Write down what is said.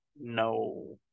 no